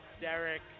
derek